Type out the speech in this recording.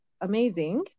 amazing